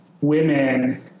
women